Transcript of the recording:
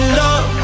love